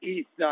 East